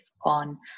on